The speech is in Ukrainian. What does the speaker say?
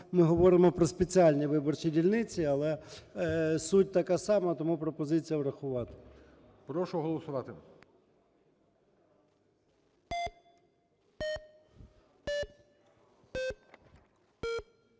ми говоримо про спеціальні виборчі дільниці. Але суть така сама. Тому пропозиція врахувати. ГОЛОВУЮЧИЙ. Прошу голосувати.